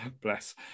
bless